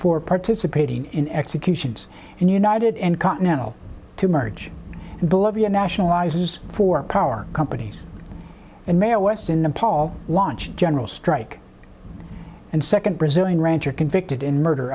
for participating in executions and united and continental to merge and bloviate nationalizes for power companies and mayor west in nepal launched a general strike and second brazilian rancher convicted in murder